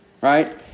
Right